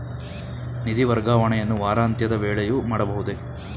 ನಿಧಿ ವರ್ಗಾವಣೆಯನ್ನು ವಾರಾಂತ್ಯದ ವೇಳೆಯೂ ಮಾಡಬಹುದೇ?